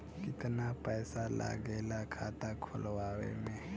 कितना पैसा लागेला खाता खोलवावे में?